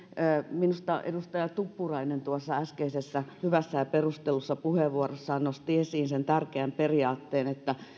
minusta edustaja tuppurainen tuossa äskeisessä hyvässä ja perustellussa puheenvuorossaan nosti esiin sen tärkeän periaatteen että